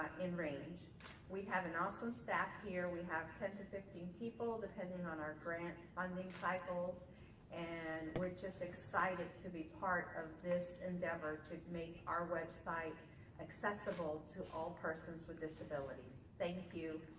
in range we have an awesome staff here we have ten to fifteen people depending on our grant on these cycles and we're just excited to be part of this endeavor to make our website accessible to all persons with disabilities thank you